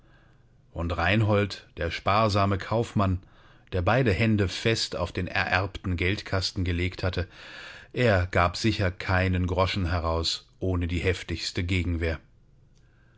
und reinhold der sparsame kaufmann der beide hände fest auf den ererbten geldkasten gelegt hatte er gab sicher keinen groschen heraus ohne die heftigste gegenwehr